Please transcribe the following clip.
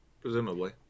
presumably